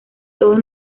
todos